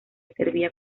servía